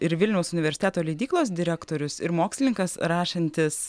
ir vilniaus universiteto leidyklos direktorius ir mokslininkas rašantis